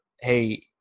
Hey